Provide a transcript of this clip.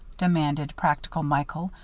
demanded practical michael,